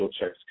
checks